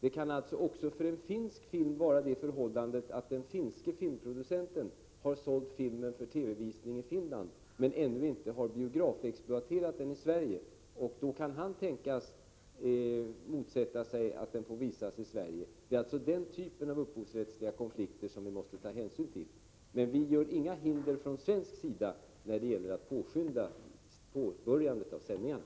En finsk film kan alltså ha sålts av den finske filmproducenten för TV-visning i Finland men ännu inte biografexploaterats i Sverige, och han kan då tänkas motsätta sig att filmen får visas i Sverige. Det är alltså den typen av upphovsrättsliga konflikter som vi måste ta hänsyn till, men vi reser från svensk sida inga hinder för att påskynda starten av sändningarna.